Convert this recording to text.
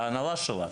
ההנהלה שלה,